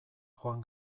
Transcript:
joan